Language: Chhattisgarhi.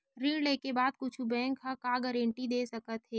ऋण लेके बाद कुछु बैंक ह का गारेंटी दे सकत हे?